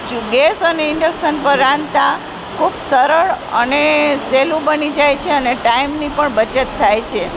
gas અને induction પર રાંધતાં ખૂબ સરળ અને સહેલું બની જાય છે અને ટાઈમની પણ બચત થાય છે